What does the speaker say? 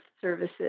services